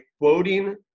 quoting